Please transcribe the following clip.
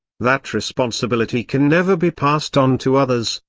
that responsibility can never be passed on to others,